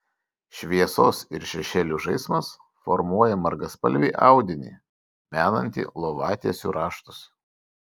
šviesos ir šešėlių žaismas formuoja margaspalvį audinį menantį lovatiesių raštus